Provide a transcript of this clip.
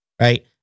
right